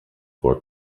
for